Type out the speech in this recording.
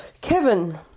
Kevin